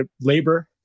labor